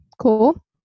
cool